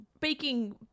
baking